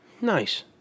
Nice